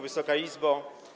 Wysoka Izbo!